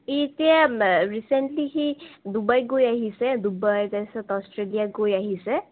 ই এতিয়া ৰিচেণ্টলি সি ডুবাই গৈ আহিছে ডুবাই তাৰপিছত অষ্ট্ৰেলিয়া গৈ আহিছে